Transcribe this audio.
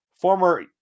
former